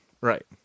Right